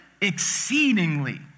exceedingly